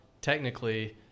technically